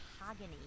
Mahogany